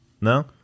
No